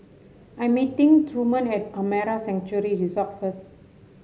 I'm meeting Truman at Amara Sanctuary Resort first